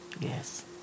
Yes